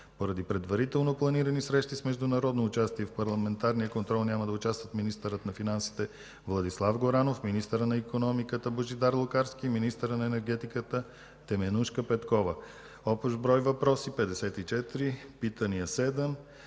Поради предварително планирани срещи с международно участие, в парламентарния контрол няма да участват министърът на финансите Владислав Горанов, министърът на икономиката Божидар Лукарски и министърът на енергетиката Теменужка Петкова. Общ брой въпроси – 55, питания –